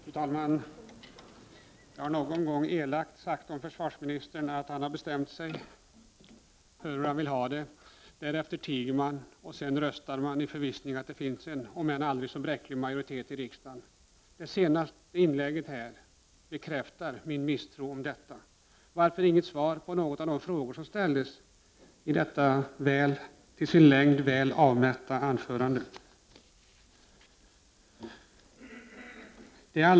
Fru talman! Jag har någon gång elakt sagt om försvarsministern att han först har bestämt sig för hur han vill ha det, därefter tiger och sedan röstar i förvissning om att det finns en om än aldrig så bräcklig majoritet i riksdagen. Det senaste inlägget bekräftar min misstro om detta. Varför gav försvarsministern inget svar på någon av de frågor som har ställts när han höll sitt till längden väl tilltagna anförande?